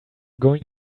going